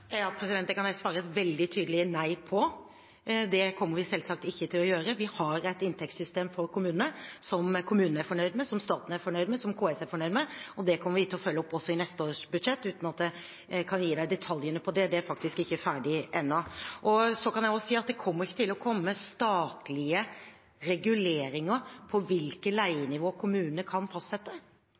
Det kan jeg svare et veldig tydelig nei på. Det kommer vi selvsagt ikke til å gjøre. Vi har et inntektssystem for kommunene som kommunene er fornøyd med, som staten er fornøyd med, og som KS er fornøyd med. Det kommer vi til å følge opp også i neste års budsjett, uten at jeg kan gi representanten detaljene om det. Det er faktisk ikke ferdig ennå. Jeg kan også si at det ikke kommer til å komme statlige reguleringer av hvilke leienivåer kommunene kan fastsette.